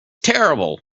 terrible